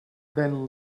then